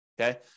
okay